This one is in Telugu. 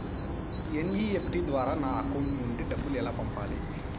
ఎన్.ఇ.ఎఫ్.టి ద్వారా నా అకౌంట్ నుండి డబ్బులు ఎలా పంపాలి